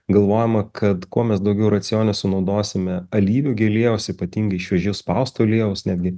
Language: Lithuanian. galvojama kad kuo mes daugiau racione sunaudosime alyvuogių aliejaus ypatingai šviežiai spausto aliejaus netgi